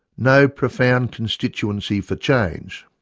no profound constituency for change.